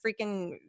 freaking